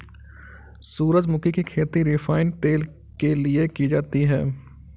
सूरजमुखी की खेती रिफाइन तेल के लिए की जाती है